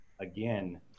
again